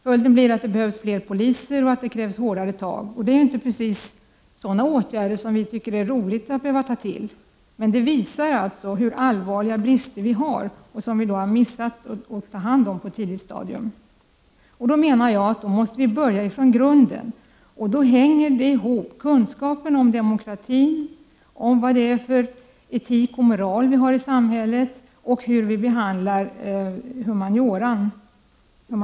Följden blir att det behövs fler poliser och att det krävs hårdare tag. Det är inte precis åtgärder som vi tycker att det är roligt att behöva ta till. Men det visar hur allvarliga bristerna är och att vi missat att ta hand om problemen på ett tidigt stadium. Jag anser att vi här måste börja från grunden. Dessa problem hänger samman med kunskapen om demokratin, etiken och moralen i samhället och hur vi behandlar humaniora.